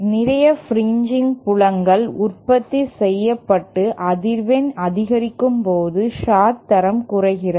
நிறைய பிரின்ஜிங் புலங்கள் உற்பத்தி செய்யப்படடு அதிர்வெண் அதிகரிக்கும் போது சார்ட் தரம் குறைகிறது